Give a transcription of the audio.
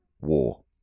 war